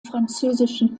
französischen